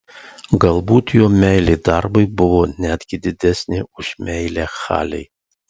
galbūt jo meilė darbui buvo netgi didesnė už meilę halei